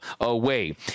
away